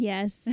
Yes